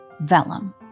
Vellum